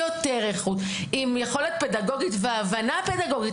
יותר איכות עם יכולת פדגוגית וההבנה פדגוגית,